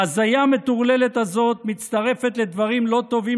ההזיה המטורללת הזאת מצטרפת לדברים לא טובים